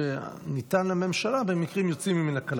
שניתן לממשלה במקרים יוצאים מן הכלל.